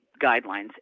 guidelines